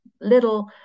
little